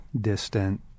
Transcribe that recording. distant